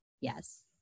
Yes